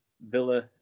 Villa